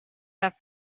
have